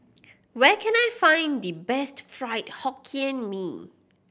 where can I find the best Fried Hokkien Mee